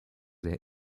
sehr